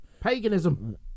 paganism